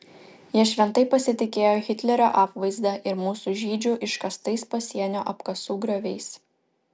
jie šventai pasitikėjo hitlerio apvaizda ir mūsų žydžių iškastais pasienio apkasų grioviais